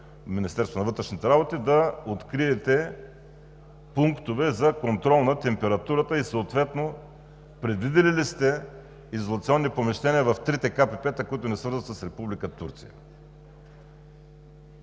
Министерството на вътрешните работи да откриете пунктове за контрол на температурата и съответно предвидили ли сте изолационни помещения в трите КПП-та, които ни свързват с Република Турция?